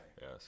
Yes